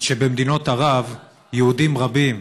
שבמדינות ערב יהודים רבים,